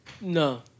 No